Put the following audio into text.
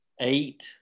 eight